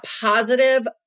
positive